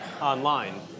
online